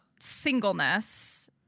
singleness